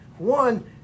One